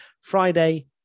Friday